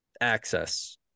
access